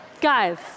Guys